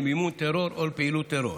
למימון טרור או לפעילות טרור.